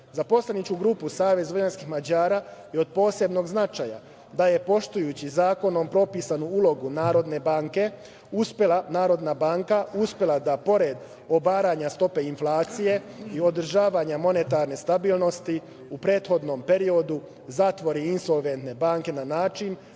poslaničku grupu Savez vojvođanskih Mađara je od posebnog značaja da je, poštujući zakonom propisanu ulogu Narodne banke, Narodna banka uspela da, pored obaranja stope inflacije i održavanja monetarne stabilnosti u prethodnom periodu, zatvori insolventne banke, na način